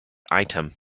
item